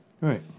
Right